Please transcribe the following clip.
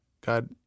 God